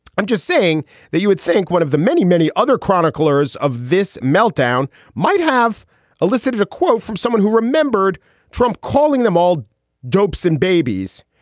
i'm just saying that you would think one of the many, many other chroniclers of this meltdown might have elicited a quote from someone who remembered trump calling them all dopes and babies.